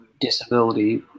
disability